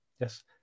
Yes